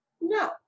No